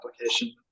application